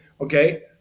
okay